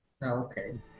Okay